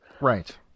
right